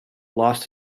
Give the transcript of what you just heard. lost